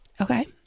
Okay